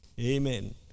amen